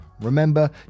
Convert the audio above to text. Remember